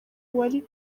wari